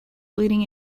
leading